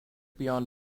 beyond